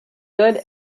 good